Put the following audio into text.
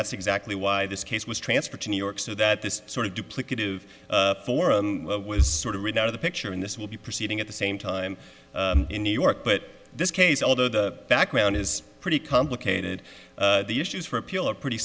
that's exactly why this case was transferred to new york so that this sort of duplicative was sort of read out of the picture and this will be proceeding at the same time in new york but this case although the background is pretty complicated the issues for appeal are pretty